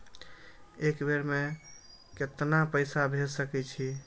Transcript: एक बेर में केतना पैसा भेज सके छी?